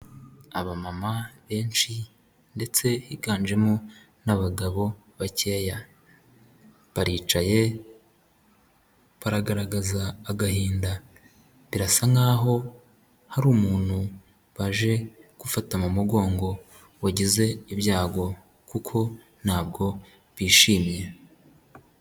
Abamama benshi ndetse biganjemo n'abagabo bakeya. Baricaye baragaragaza agahinda birasa nk'aho hari umuntu baje gufata mu mugongo wagize ibyago kuko ntabwo bishimye.